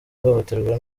ihohoterwa